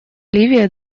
ливии